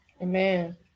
Amen